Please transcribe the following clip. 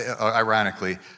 ironically